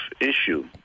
issue